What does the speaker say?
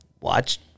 watch